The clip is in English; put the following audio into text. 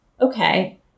Okay